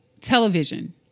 television